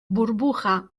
burbuja